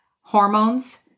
hormones